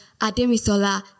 Ademisola